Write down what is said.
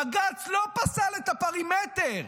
בג"ץ לא פסל את הפרימטר,